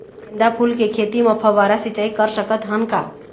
गेंदा फूल के खेती म फव्वारा सिचाई कर सकत हन का?